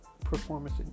performance